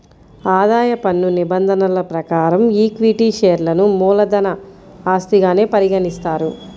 ఆదాయ పన్ను నిబంధనల ప్రకారం ఈక్విటీ షేర్లను మూలధన ఆస్తిగానే పరిగణిస్తారు